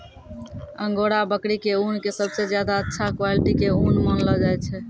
angora बकरी के ऊन कॅ सबसॅ ज्यादा अच्छा क्वालिटी के ऊन मानलो जाय छै